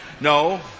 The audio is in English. no